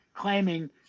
claiming